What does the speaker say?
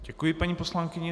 Děkuji, paní poslankyně.